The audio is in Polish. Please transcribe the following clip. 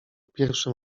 pierwszym